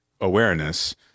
awareness